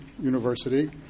University